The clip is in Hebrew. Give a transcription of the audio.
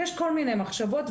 יש כל מיני מחשבות,